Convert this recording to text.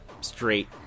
straight